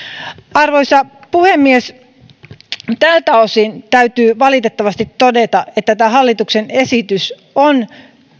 arvoisa puhemies tältä osin täytyy valitettavasti todeta että tämä hallituksen esitys on